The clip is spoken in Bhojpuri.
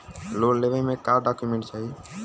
लोन लेवे मे का डॉक्यूमेंट चाही?